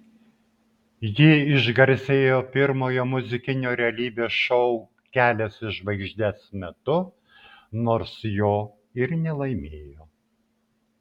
ji išgarsėjo pirmojo muzikinio realybės šou kelias į žvaigždes metu nors jo ir nelaimėjo